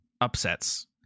upsets